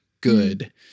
good